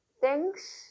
thanks